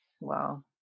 Wow